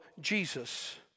Jesus